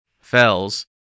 Fells